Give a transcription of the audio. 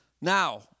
Now